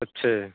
अच्छा